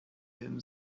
him